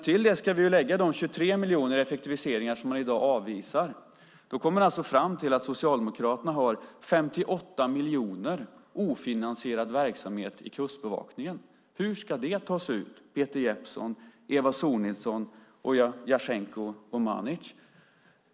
Till det ska vi lägga de 23 miljoner i effektiviseringar som man i dag avvisar. Då kommer vi alltså fram till att Socialdemokraterna har 58 miljoner ofinansierad verksamhet i Kustbevakningen. Hur ska det tas ut, Peter Jeppsson, Eva Sonidsson och Jasenko Omanovic?